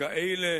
כאלה